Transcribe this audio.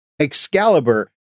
Excalibur